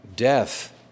death